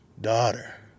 daughter